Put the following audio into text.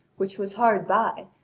which was hard by,